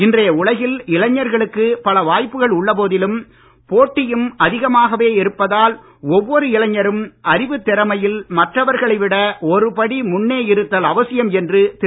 இன்றைய உலகில் இளைஞர்களுக்கு பல வாய்ப்புகள் உள்ள போதிலும் போட்டியும் அதிகமாகவே இருப்பதால் ஒவ்வொரு இளைஞரும் அறிவுத் திறமையில் மற்றவர்களை விட ஒருபடி முன்னே இருத்தல் அவசியம் என்று திரு